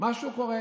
משהו קורה,